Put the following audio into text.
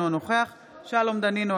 אינו נוכח שלום דנינו,